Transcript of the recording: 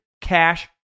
Cash